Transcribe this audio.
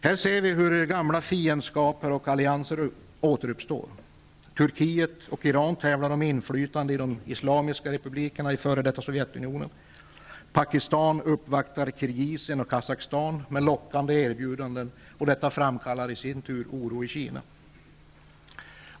Här ser vi hur gamla fiendskaper och allianser återuppstår. Turkiet och Iran tävlar om inflytandet i de islamiska republikerna i f.d. Sovjetunionen. Pakistan uppvaktar Kirgisistan och Kazakstan med lockande erbjudanden, och detta framkallar i sin tur oro i Kina.